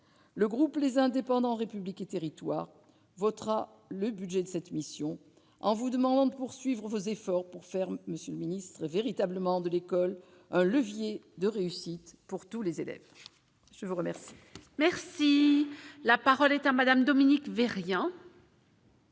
le groupe les indépendants républiques et territoires votera le budget de cette mission en vous demandant de poursuivre vos efforts pour faire monsieur le Ministre véritablement de l'école un levier de réussite pour tous les élèves. Je vous remercie, merci, la parole est à Madame Dominique V. rien.